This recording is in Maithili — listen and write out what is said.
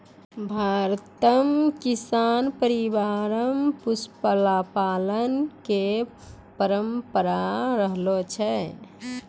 भारत मॅ किसान परिवार मॅ पशुपालन के परंपरा रहलो छै